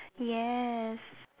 yes